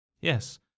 Yes